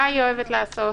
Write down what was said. מה היא אוהבת לעשות?